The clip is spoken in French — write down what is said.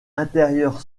intérieur